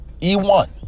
E1